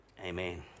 amen